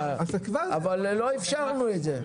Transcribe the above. לא אפשרנו את זה.